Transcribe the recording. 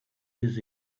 his